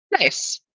Nice